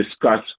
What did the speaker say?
discuss